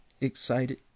Excited